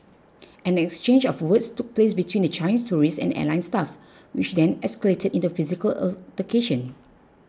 an exchange of words took place between the Chinese tourists and airline staff which then escalated into a physical altercation